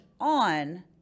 on